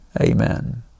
Amen